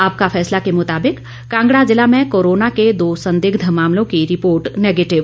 आपका फैसला के मुताबिक कांगड़ा जिला में कोरोना के दो संदिग्ध मामलों की रिपोर्ट नैगेटिव